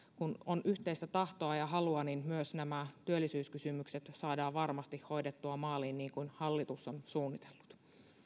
kun on yhteistä tahtoa ja halua myös nämä työllisyyskysymykset saadaan varmasti hoidettua maaliin niin kuin hallitus on suunnitellut